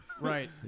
Right